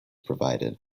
provided